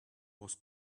was